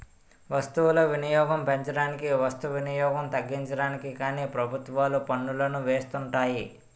వస్తువులు వినియోగం పెంచడానికి వస్తు వినియోగం తగ్గించడానికి కానీ ప్రభుత్వాలు పన్నులను వేస్తుంటాయి